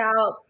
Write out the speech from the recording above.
out